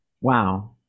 Wow